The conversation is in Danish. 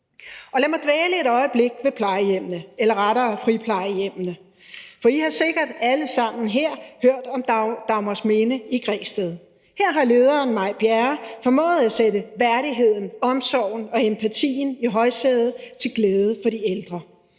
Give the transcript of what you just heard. Og lad mig dvæle et øjeblik ved plejehjemmene, eller rettere friplejehjemmene. For I har sikkert alle sammen her hørt om Dagmarsminde i Græsted. Her har lederen, May Bjerre, formået at sætte værdigheden, omsorgen og empatien i højsædet til glæde for de ældre.